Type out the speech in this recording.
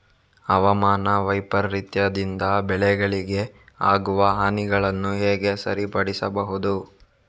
ಹವಾಮಾನ ವೈಪರೀತ್ಯದಿಂದ ಬೆಳೆಗಳಿಗೆ ಆಗುವ ಹಾನಿಗಳನ್ನು ಹೇಗೆ ಸರಿಪಡಿಸಬಹುದು?